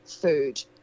food